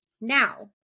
Now